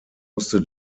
musste